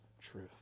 truth